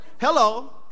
Hello